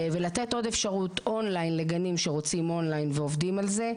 ולתת עוד אפשרות און-ליין לגנים שרוצים און-ליין ועובדים על זה.